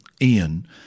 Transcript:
Ian